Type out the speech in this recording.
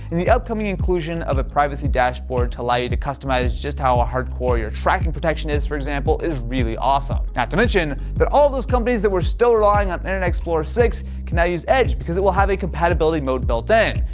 and the out coming inclusion of a privacy dashboard to allow you to customize just how ah hardcore your tracking protection is, for example, is really awesome. not to mention that all those companies that were still relying on internet explorer six can now use edge because it will have a compatibility mode built in.